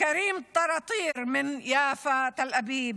כרים תרתיר מיפו תל אביב,